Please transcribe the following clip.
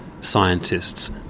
scientists